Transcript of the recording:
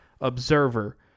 OBSERVER